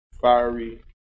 fiery